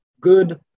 good